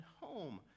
home